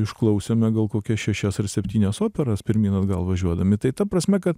išklausėme gal kokias šešias ar septynias operas pirmyn atgal važiuodami tai ta prasme kad